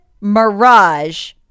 mirage